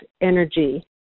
energy